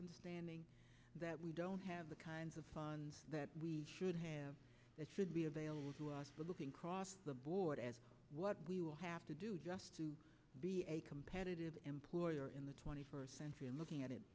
board standing that we don't have the kinds of funds that we should have that should be available to us looking cross the board as what we will have to do just to be a competitive employer in the twenty first century and looking at it